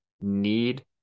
need